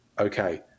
okay